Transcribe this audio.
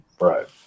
right